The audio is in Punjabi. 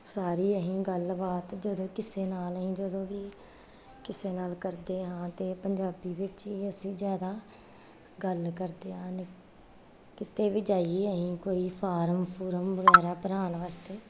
ਸਾਰੇ ਅਸੀਂ ਗੱਲਬਾਤ ਜਦੋਂ ਕਿਸੇ ਨਾਲ ਅਸੀਂ ਜਦੋਂ ਵੀ ਕਿਸੇ ਨਾਲ ਕਰਦੇ ਹਾਂ ਅਤੇ ਪੰਜਾਬੀ ਵਿੱਚ ਹੀ ਅਸੀਂ ਜ਼ਿਆਦਾ ਗੱਲ ਕਰਦੇ ਹਨ ਕਿਤੇ ਵੀ ਜਾਈਏ ਅਸੀਂ ਕੋਈ ਫਾਰਮ ਫੁਰਮ ਵਗੈਰਾ ਭਰਵਾਉਣ ਵਾਸਤੇ